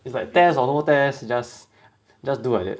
ya it's like test or no test just just do like that